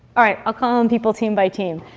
all right, i'll call on people team by team,